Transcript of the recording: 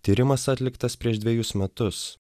tyrimas atliktas prieš dvejus metus